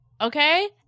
okay